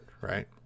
right